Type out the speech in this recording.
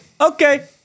okay